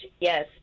Yes